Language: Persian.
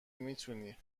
میتونی